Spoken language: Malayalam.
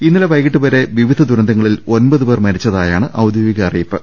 ഇന്നലെ വൈകീട്ടുവരെ വിവിധ ദുരന്തങ്ങളിൽ ഒൻപതുപേർ മരിച്ചതായാണ് ഔദ്യോഗിക അറിയിപ്പ്